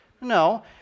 No